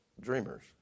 dreamers